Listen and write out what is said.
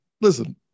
listen